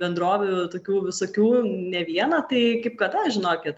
bendrovių tokių visokių ne vieną tai kaip kada žinokit